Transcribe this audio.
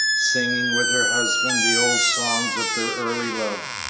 singing with her husband the old songs of their early love,